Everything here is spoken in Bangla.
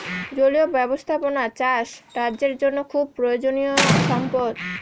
জলীয় ব্যাবস্থাপনা চাষ রাজ্যের জন্য খুব প্রয়োজনীয়ো সম্পদ